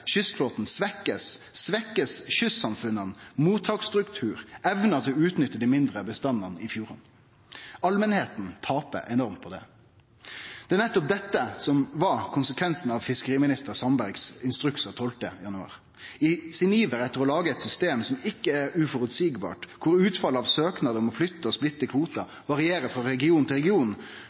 kystflåten blir svekt, svekkjer ein òg kystsamfunna, mottaksstrukturen og evna til å utnytte dei mindre bestandane i fjordane. Allmenta tapar enormt på det. Det er nettopp dette som er konsekvensen av fiskeriminister Sandbergs instruks av 12. januar. I sin iver etter å lage eit system som er føreseieleg, kor utfallet av søknad om å flytte og splitte kvotar varierer frå region til region,